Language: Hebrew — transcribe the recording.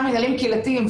מינהלים קהילתיים,